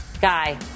Guy